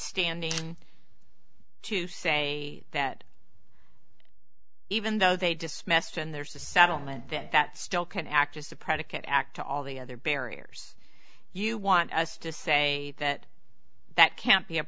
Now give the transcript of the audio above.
standing to say that even though they dismissed and there's a settlement that still can act as a predicate act to all the other barriers you want us to say that that can't be a